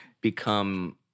become